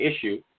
issue